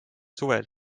suvel